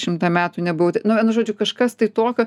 šimtą metų nebuvau nu vienu žodžiu kažkas tai tokio